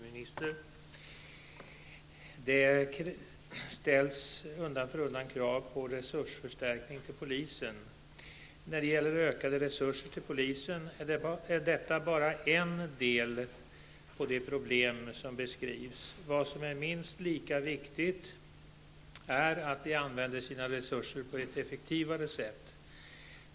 Herr talman! Fru minister! Undan för undan ställs krav på resursförstärkning till polisen. Detta är bara en del av de problem som beskrivs. Vad som är minst lika viktigt är att använda resurserna på ett effektivare sätt.